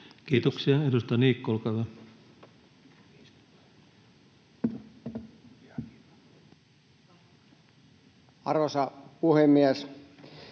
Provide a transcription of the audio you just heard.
Kiitoksia. — Edustaja Niikko, olkaa hyvä. Arvoisa puhemies!